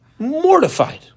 Mortified